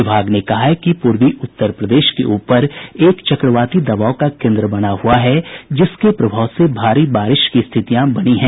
विभाग ने कहा है कि पूर्वी उत्तर प्रदेश के ऊपर एक चक्रवाती दबाव का केन्द्र बना हुआ है जिसके प्रभाव से भारी बारिश की स्थितियां बनी हैं